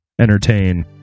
entertain